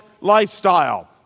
lifestyle